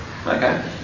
Okay